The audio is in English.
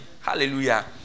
Hallelujah